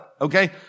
okay